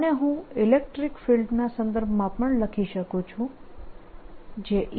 આને હું ઇલેક્ટ્રીક ફિલ્ડના સંદર્ભમાં પણ લખી શકું છું જે E